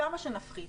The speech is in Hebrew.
כמה שנפחית.